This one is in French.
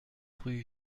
rue